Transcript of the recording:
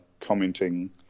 commenting